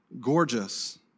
gorgeous